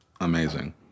amazing